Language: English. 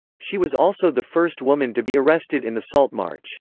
she was also the first woman to be arrested in the salt march.